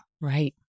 Right